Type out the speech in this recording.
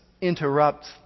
interrupts